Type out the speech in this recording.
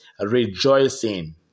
rejoicing